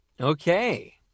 Okay